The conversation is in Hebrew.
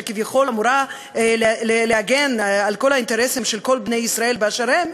שכביכול אמורה להגן על כל האינטרסים של כל בני ישראל באשר הם,